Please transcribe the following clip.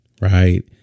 Right